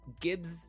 Gibbs